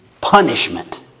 Punishment